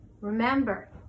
remember